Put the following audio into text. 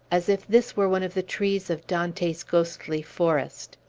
as if this were one of the trees of dante's ghostly forest.